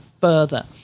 further